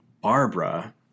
Barbara